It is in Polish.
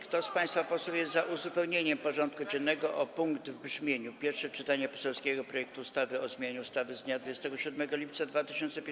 Kto z państwa posłów jest za uzupełnieniem porządku dziennego o punkt w brzmieniu: Pierwsze czytanie poselskiego projektu ustawy o zmianie ustawy z dnia 27 lipca 2001 r.